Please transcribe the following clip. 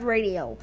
Radio